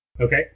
Okay